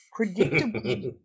Predictably